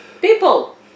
People